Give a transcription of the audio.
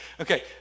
Okay